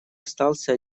остался